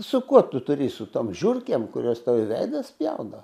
su kuo tu turi su tom žiurkėm kurios tau į veidą spjaudo